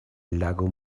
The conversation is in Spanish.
lago